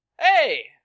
Hey